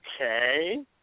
Okay